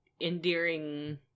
endearing